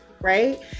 right